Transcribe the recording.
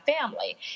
family